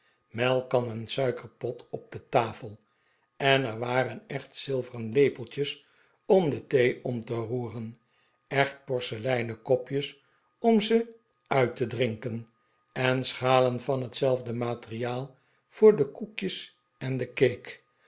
melkkan en suikerpot op de tafel en er waren echt zilveren iepeltjes om de thee om te roeren echt porceleinen kopjes om ze uit te drinken en schalen van hetzelfde materiaal voor de koekjes en de